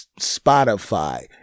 Spotify